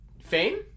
Fame